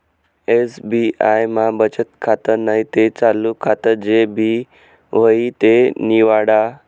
SBI मा बचत खातं नैते चालू खातं जे भी व्हयी ते निवाडा